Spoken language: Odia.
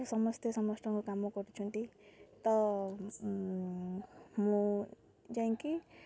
ସମସ୍ତେ ସମସ୍ତଙ୍କ କାମ କରୁଛନ୍ତି ତ ମୁଁ ଯାଇକି